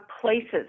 places